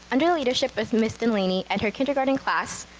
under the leadership of miss delaney and her kindergarten class,